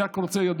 אני רק רוצה לספר,